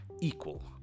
equal